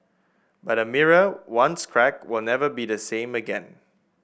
but a mirror once cracked will never be the same again